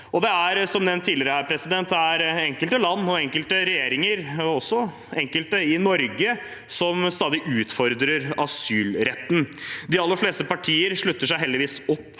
Det er, som nevnt tidligere her, enkelte land og enkelte regjeringer, og også enkelte i Norge, som stadig utfordrer asylretten. De aller fleste partier slutter heldigvis opp